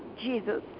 Jesus